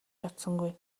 чадсангүй